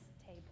table